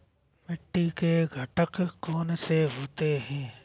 मिट्टी के घटक कौन से होते हैं?